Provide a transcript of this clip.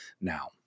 now